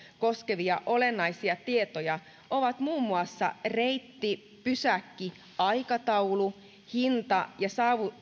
koskevia olennaisia tietoja ovat muun muassa reitti pysäkki aikataulu hinta ja